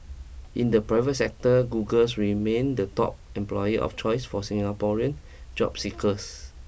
in the private sector Google remained the top employer of choice for Singaporean job seekers